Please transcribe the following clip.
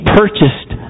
purchased